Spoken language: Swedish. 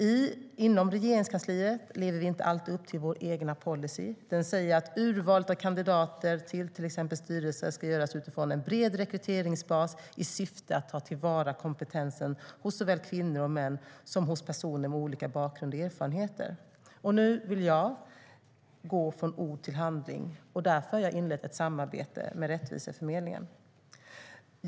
I Regeringskansliet lever vi inte alltid upp till vår egen policy. Den säger att urvalet av kandidater till exempelvis styrelser ska göras utifrån en bred rekryteringsbas i syfte att ta till vara kompetensen hos såväl kvinnor och män som hos personer med olika bakgrund och erfarenheter. Nu vill jag gå från ord till handling. Därför har jag inlett ett samarbete med Rättviseförmedlingen.